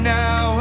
now